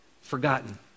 forgotten